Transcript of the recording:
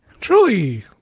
truly